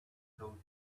told